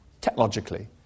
technologically